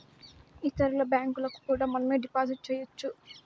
ఇతరుల బ్యాంకులకు కూడా మనమే డిపాజిట్ చేయొచ్చు